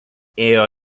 ėjo